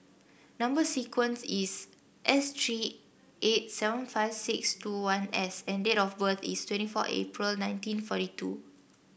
number sequence is S three eight seven five six two one S and date of birth is twenty four April nineteen forty two